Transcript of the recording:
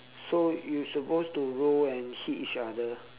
so you supposed to roll and hit each other